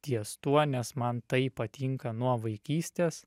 ties tuo nes man tai patinka nuo vaikystės